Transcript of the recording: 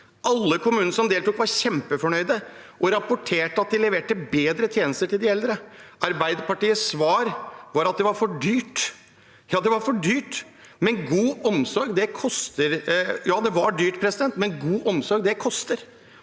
alle kommunene som deltok, kjempefornøyde og rapporterte at de leverte bedre tjenester til de eldre. Arbeiderpartiets svar var at det var for dyrt. – Ja, det var